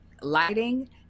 lighting